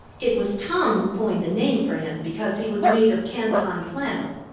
it was tom who coined the name for him because he was made of canton flannel.